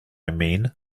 mean